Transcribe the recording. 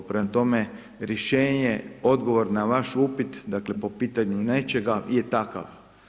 Prema tome, rješenje odgovor na vaš upit po pitanju nečega je takav.